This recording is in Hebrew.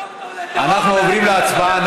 אנחנו עוברים להצבעה.